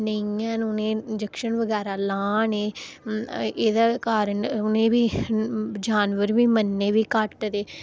नेईं हैन उ'नें गी इंजेक्शन बगैरा लान एह्दे कारण उ'नें गी बी जानवर बी मरने बी घट्ट ते